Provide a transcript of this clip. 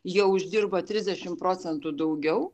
jie uždirbo trisdešim procentų daugiau